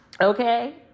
Okay